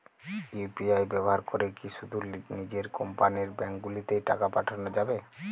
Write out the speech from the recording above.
UPI ব্যবহার করে কি শুধু নিজের কোম্পানীর ব্যাংকগুলিতেই টাকা পাঠানো যাবে?